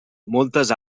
moltes